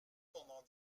pendant